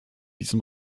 diesem